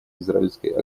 израильской